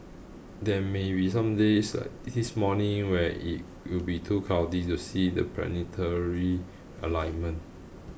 there may be some days like this morning where it will be too cloudy to see the planetary alignment